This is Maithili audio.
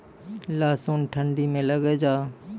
लहसुन ठंडी मे लगे जा?